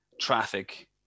traffic